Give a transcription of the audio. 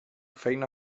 feina